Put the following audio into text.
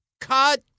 Cut